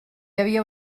havia